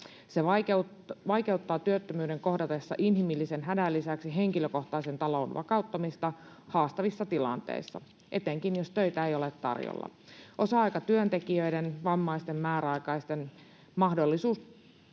se vaikeuttaa työttömyyden kohdatessa henkilökohtaisen talouden vakauttamista haastavissa tilanteissa, etenkin jos töitä ei ole tarjolla. Osa-aikatyöntekijöiden, vammaisten, määräaikaisten mahdollisuus